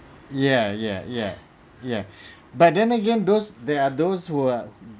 ya ya ya ya but then again those there are those who are